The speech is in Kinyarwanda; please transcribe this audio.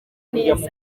neza